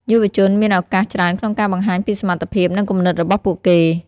យុវជនមានឱកាសច្រើនក្នុងការបង្ហាញពីសមត្ថភាពនិងគំនិតរបស់ពួកគេ។